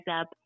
up